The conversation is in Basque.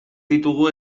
ditugu